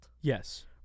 yes